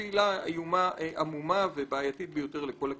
שהיא עילה עמומה ובעייתית ביותר לכל הכיוונים.